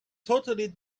totally